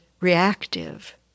reactive